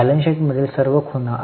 balance sheet मध्येील सर्व खुणा